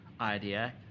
idea